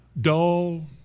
Dull